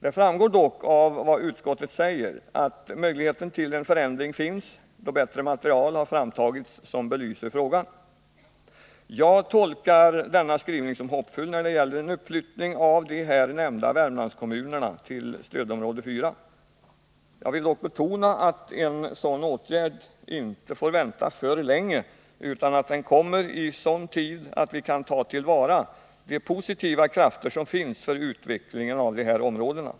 Det framgår dock av vad utskottet säger att möjligheten till en förändring finns då bättre material har framtagits som belyser frågan. Jag tolkar denna skrivning som hoppfull när det gäller en uppflyttning av de här nämnda Värmlandskommunerna till stödområde 4. Jag vill dock betona att en sådan åtgärd inte får vänta för länge utan måste komma i sådan tid att vi kan ta till vara de positiva krafter som finns för utvecklingen av de här områdena.